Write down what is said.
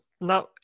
Now